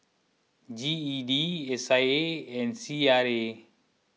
G E D S I A and C R A